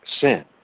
sin